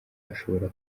ashobora